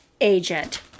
agent